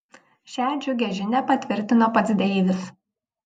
šią džiugią žinią patvirtino pats deivis